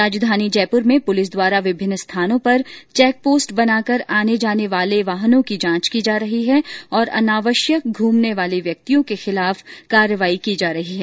राजधानी जयपुर में पुलिस द्वारा विभिन्न स्थानों पर चैक पोस्ट बनाकर आने जाने वाले वाहनों की जांच की जा रही है और अनावश्यक घूमने वाले व्यक्तियों के खिलाफ कार्रवाई की जा रही है